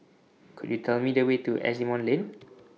Could YOU Tell Me The Way to Asimont Lane